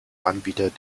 anbieter